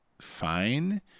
fine